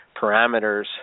parameters